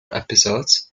episodes